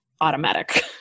automatic